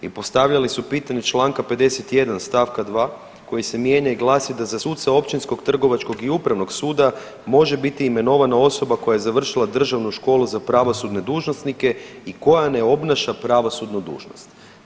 I postavljali su pitanje Članka 51. stavka 2. koji se mijenja i glasi da za suca općinskog, trgovačkog i upravnog suda može biti imenovana osoba koja je završila Državnu školu za pravosudne dužnosnike i koja ne obnaša pravosudnu dužnost.